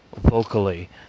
vocally